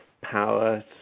power